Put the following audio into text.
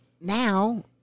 now